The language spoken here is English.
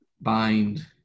bind